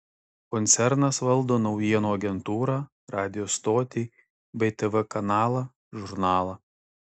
koncernas valdo naujienų agentūrą radijo stotį bei tv kanalą žurnalą